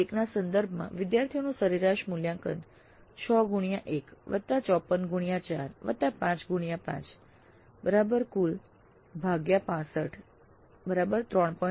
પ્રશ્ન 1 ના સંદર્ભમાં વિદ્યાર્થીઓનું સરેરાશ મૂલ્યાંકન 6 x 1 54 x 4 5 x 5 કુલ ભાગ્યા 65 3